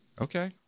okay